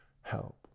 help